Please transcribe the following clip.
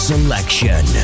Selection